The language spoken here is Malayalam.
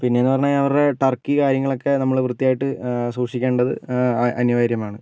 പിന്നെ എന്ന് പറഞ്ഞാൽ അവരുടെ ടർക്കി കാര്യങ്ങളൊക്കെ നമ്മൾ വൃത്തിയായിട്ട് സൂക്ഷിക്കേണ്ടത് അനിവാര്യമാണ്